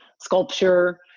sculpture